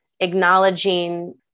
Acknowledging